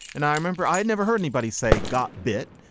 and i remember i had never heard anybody say got bit,